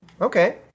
Okay